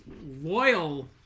loyal